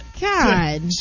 God